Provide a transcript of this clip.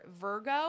Virgo